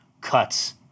cuts